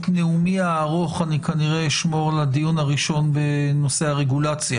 את נאומי הארוך אני כנראה אשמור לדיון הראשון בנושא הרגולציה